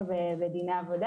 בדיני עבודה.